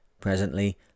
Presently